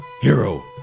hero